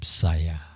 saya